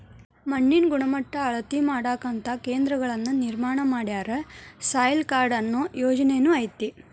ಮಣ್ಣಿನ ಗಣಮಟ್ಟಾ ಅಳತಿ ಮಾಡಾಕಂತ ಕೇಂದ್ರಗಳನ್ನ ನಿರ್ಮಾಣ ಮಾಡ್ಯಾರ, ಸಾಯಿಲ್ ಕಾರ್ಡ ಅನ್ನು ಯೊಜನೆನು ಐತಿ